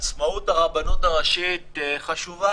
עצמאות הרבנות הראשית חשובה